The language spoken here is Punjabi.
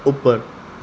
ਉੱਪਰ